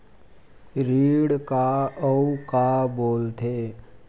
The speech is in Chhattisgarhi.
ऋण का अउ का बोल थे?